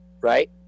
Right